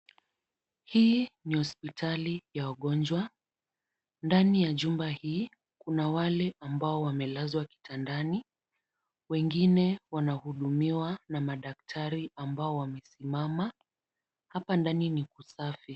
Hii ni hospitali ya wagonjwa. Ndani ya jumba hii kuna wale ambao wamelazwa kitandani, wengine wanahudumiwa na madaktari ambao wamesimama. Hapa ndani ni kusafi.